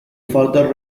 further